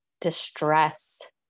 distress